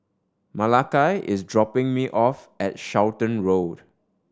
Malachi is dropping me off at Charlton Road